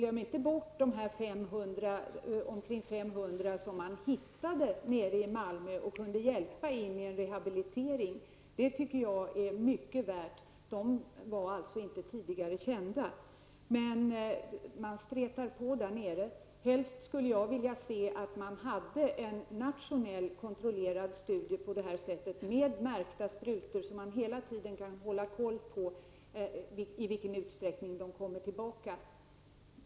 Glöm inte bort de omkring 500 missbrukare som man hittade nere i Malmö och som man kunde hjälpa in i en rehabilitering. Det tycker jag är mycket värt. De var alltså inte tidigare kända. Man stretar på där nere. Helst skulle jag vilja se en nationell kontrollerad studie med märkta sprutor, så att man hela tiden kan hålla koll på i vilken utsträckning de kommer tillbaka.